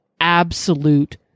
absolute